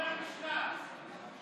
נוכחת האם יש מישהו